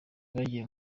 bagiye